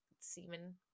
semen